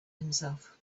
himself